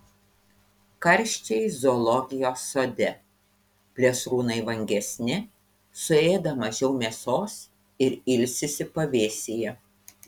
karščiai zoologijos sode plėšrūnai vangesni suėda mažiau mėsos ir ilsisi pavėsyje